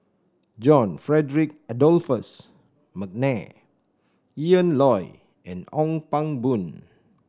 John Frederick Adolphus McNair Ian Loy and Ong Pang Boon